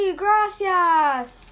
gracias